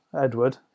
Edward